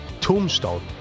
tombstone